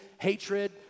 hatred